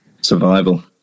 Survival